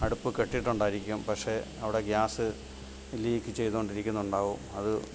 അടുപ്പ് കെട്ടിട്ടുണ്ടായിരിക്കും പക്ഷെ അവിടെ ഗ്യാസ് ലീക്ക് ചെയ്തുകൊണ്ടിരിക്കുന്നുണ്ടാവും അത്